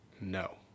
No